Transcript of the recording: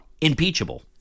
Impeachable